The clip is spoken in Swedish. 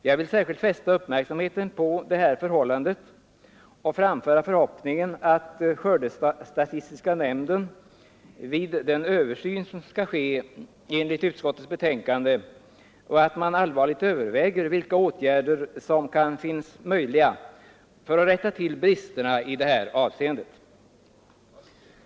Jag vill särskilt fästa uppmärksamheten på detta förhållande och uttrycka förhoppningen att skördestatistiska nämnden vid den översyn som enligt utskottets betänkande skall göras allvarligt överväger vilka åtgärder som kan befinnas möjliga för att rätta till bristerna i detta avseende.